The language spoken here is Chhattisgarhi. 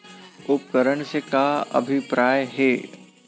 उपकरण से का अभिप्राय हे?